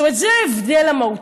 זאת אומרת, בעיניי זה ההבדל המהותי.